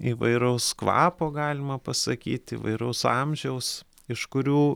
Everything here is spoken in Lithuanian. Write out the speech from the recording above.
įvairaus kvapo galima pasakyti įvairaus amžiaus iš kurių